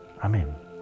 Amen